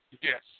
yes